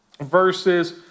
verses